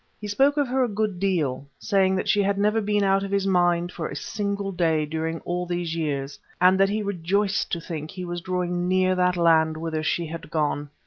he spoke of her a good deal, saying that she had never been out of his mind for a single day during all these years, and that he rejoiced to think he was drawing near that land whither she had gone.